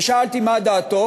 ושאלתי מה דעתו.